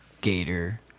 gator